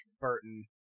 Burton